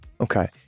Okay